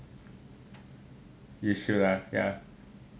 you should lah yeah